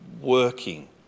working